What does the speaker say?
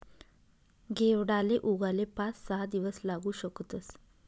घेवडाले उगाले पाच सहा दिवस लागू शकतस